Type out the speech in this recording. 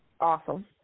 Awesome